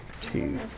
two